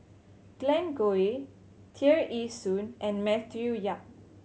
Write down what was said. Glen Goei Tear Ee Soon and Matthew Yap